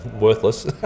worthless